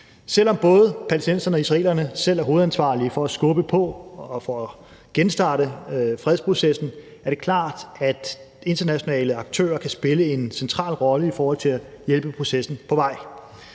Selv om både palæstinenserne og israelerne selv er hovedansvarlige for at skubbe på og for at genstarte fredsprocessen, er det klart, at internationale aktører kan spille en central rolle i forhold til at hjælpe processen på vej.